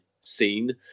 scene